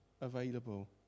available